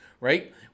right